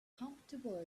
comfortable